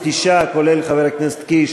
חבר הכנסת קיש